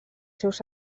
seus